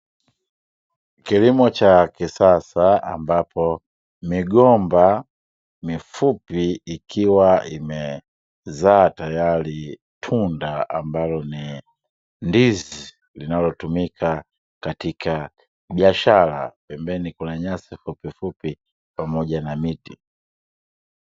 Kilimo cha kisasa ambapo migomba mifupi ikiwa imezaa tayari tunda ambalo ni ndizi linalotumika katika biashara, pembeni kuna nyasi fupifupi pamoja na miti.